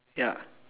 ya